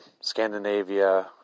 Scandinavia